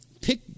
pick